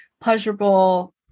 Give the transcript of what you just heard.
pleasurable